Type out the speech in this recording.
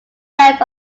band